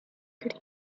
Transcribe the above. could